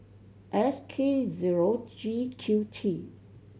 S K zero G Q T